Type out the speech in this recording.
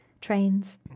Trains